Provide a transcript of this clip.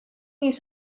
use